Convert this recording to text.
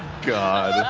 god.